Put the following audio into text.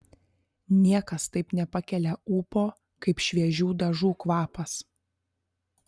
niekas taip nepakelia ūpo kaip šviežių dažų kvapas